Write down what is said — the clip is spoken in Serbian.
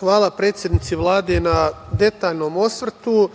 Hvala predsednici Vlade na detaljnom osvrtu.